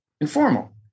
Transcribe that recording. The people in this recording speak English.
informal